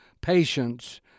patience